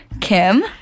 Kim